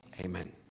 amen